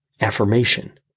affirmation